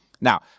Now